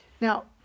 Now